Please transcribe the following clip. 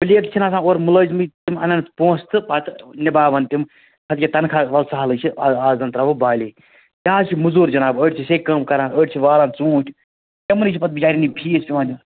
player چھِنہٕ آسان اورٕ مُلٲزِمٕے تِم اَنَن پونٛسہٕ تہٕ پَتہٕ نِبھاوان تِم اَد کیٛاہ تَنخواہ وَل سہلٕے چھِ آ آز زَن ترٛاوو بالی یہِ حظ چھِ مٔزوٗر جناب أڑۍ چھِ سیٚکہِ کٲم کَران أڑۍ چھِ والان ژوٗنٛٹھۍ تِمنٕے چھِ پَتہٕ بِچیٛارٮ۪ن یہِ فیٖس پٮ۪وان دیُن